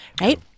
right